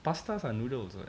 pastas are noodles what